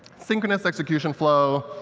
synchronous execution flow,